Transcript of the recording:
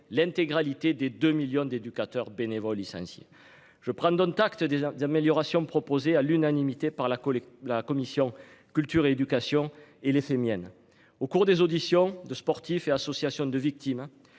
l'intégralité des 2 millions d'éducateur bénévole licenciés. Je prends contact des améliorations proposées à l'unanimité par la la commission culture et éducation et miennes au cours des auditions de sportifs et associations de victimes